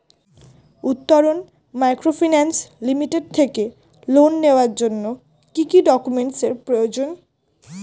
Uttaran microfinance limited থেকে loan নেওয়ার জন্য কি কি ডকুমেন্টস এর প্রয়োজন?